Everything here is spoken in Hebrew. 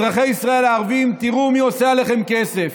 אזרחי ישראל הערבים, תראו מי עושה עליכם כסף.